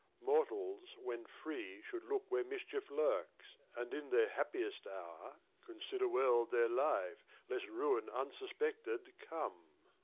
mortals, when free, should look where mischief lurks, and in their happiest hour consider well their life, lest ruin unsuspected come.